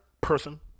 person